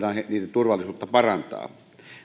turvallisuutta voidaan parantaa